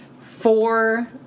four